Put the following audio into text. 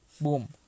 Boom